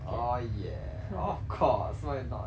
oh ya of course why not